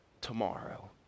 tomorrow